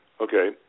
Okay